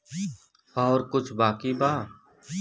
और कुछ बाकी बा?